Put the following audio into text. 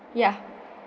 yeah